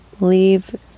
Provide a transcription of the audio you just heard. leave